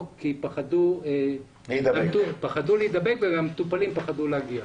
כי פחדו להידבק והמטופלים פחדו להגיע.